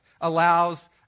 allows